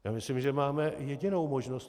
Já myslím, že máme jedinou možnost.